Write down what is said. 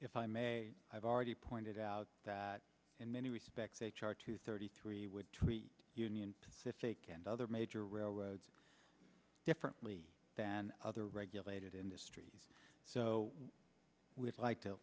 if i may i've already pointed out that in many respects h r two thirty three would treat union pacific and other major railroads differently than other regulated industries so